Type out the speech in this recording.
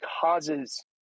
causes